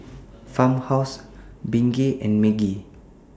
Farmhouse Bengay and Maggi